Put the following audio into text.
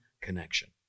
connection